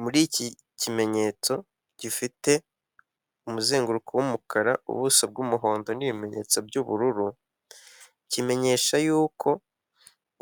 Muri iki kimenyetso gifite umuzenguruko w'umukara, ubuso bw'umuhondo n'ibimenyetso by'ubururu, kimenyesha yuko